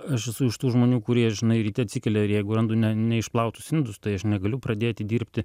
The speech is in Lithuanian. aš esu iš tų žmonių kurie žinai ryte atsikelia ir jeigu randu neišplautus indus tai aš negaliu pradėti dirbti